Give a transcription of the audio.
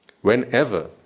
Whenever